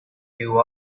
you